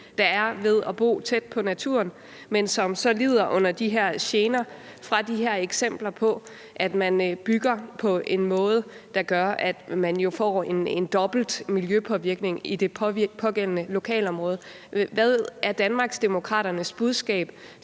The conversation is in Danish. der er ved at bo tæt på naturen, men som så lider under de gener, som de her eksempler viser, nemlig at der bygges på en måde, der gør, at man jo får en dobbelt miljøpåvirkning i det pågældende lokalområde. Hvad er Danmarksdemokraternes budskab